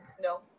No